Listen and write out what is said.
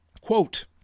quote